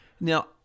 Now